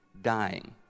dying